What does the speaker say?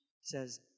says